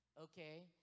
Okay